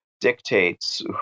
dictates